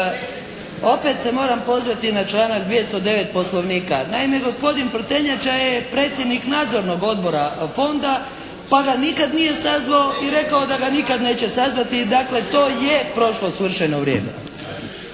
Opet se moram pozvati na članak 209. Poslovnika. Naime, gospodin Prtenjača je predsjednik Nadzornog odbora fonda pa ga nikad nije sazvao i rekao da ga nikad neće sazvati. Dakle, to je prošlo svršeno vrijeme.